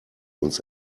uns